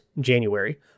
January